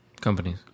Companies